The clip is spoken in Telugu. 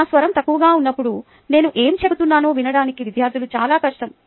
నా స్వరం తక్కువగా ఉన్నప్పుడు నేను ఏమి చెబుతున్నానో వినడానికి విద్యార్థులకు చాలా కష్టం